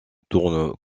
tourne